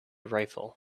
rifle